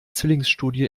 zwillingsstudie